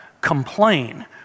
complain